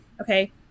Okay